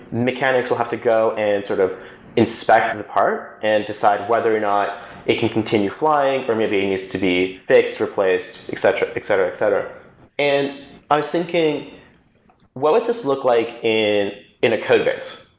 mechanics will have to go and sort of inspect the part and decide whether or not it can continue flying, or maybe it needs to be fixed, replaced, etc, etc. and i'm thinking well, it does look like in in a codex.